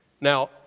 Now